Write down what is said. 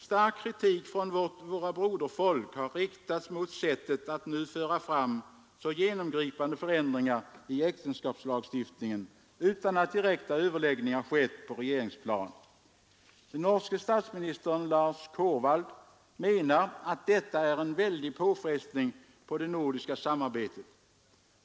Stark kritik från våra broderfolk har riktats mot sättet att nu föra fram så genomgripande förändringar i äktenskapslagstiftningen utan att direkta överläggningar skett på regeringsplan. Den norske statsministern Lars Korvald menar att detta är en ”väldig påfrestning på det nordiska samarbetet”.